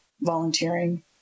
volunteering